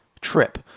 trip